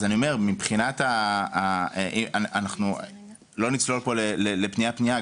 אז אני אומר, אנחנו לא נצלול פה לפנייה פנייה.